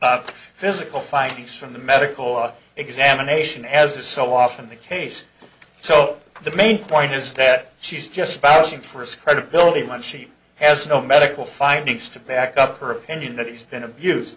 physical findings from the medical examination as is so often the case so the main point is that she's just spouting for his credibility when she has no medical findings to back up her opinion that he's been abused